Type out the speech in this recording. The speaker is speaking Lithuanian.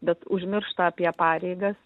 bet užmiršta apie pareigas